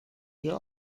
wir